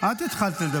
אתה רוצה ממני?